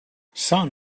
sun